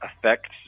affects